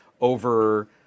over